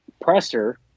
presser